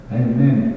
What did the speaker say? amen